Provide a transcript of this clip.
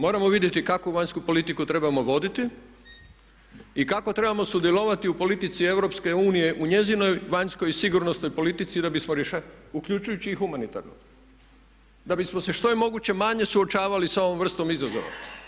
Moramo vidjeti kakvu vanjsku politiku trebamo voditi i kako trebamo sudjelovati u politici Europske unije, u njezinoj vanjskoj i sigurnosnoj politici da bismo … uključujući i humanitarnu da bismo se što je moguće manje suočavali sa ovom vrstom izazova.